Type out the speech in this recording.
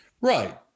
Right